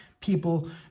people